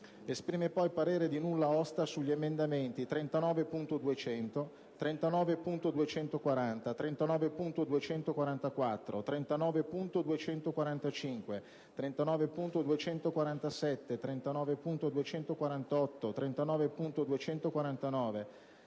Esprime poi parere di nulla osta sugli emendamenti 39.200, 39.240, 39.244, 39.245, 39.247, 39.248, 39.249,